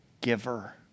giver